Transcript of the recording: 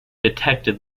detected